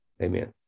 Amen